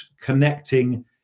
connecting